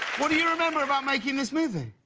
what do you remember about making this movie?